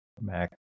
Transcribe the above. Mac